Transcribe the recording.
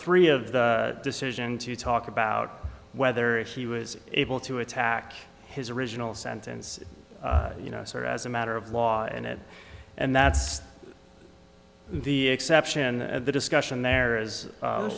three of the decision to talk about whether he was able to attack his original sentence you know sort of as a matter of law and it and that's the exception and the discussion there is